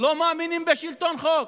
הם לא מאמינים בשלטון חוק,